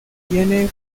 tiene